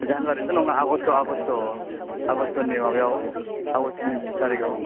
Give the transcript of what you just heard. जानुवारिथ 'नङा August' August' आगष्ट'नि माबायाव आगष्ट'नि थिन थारिकआव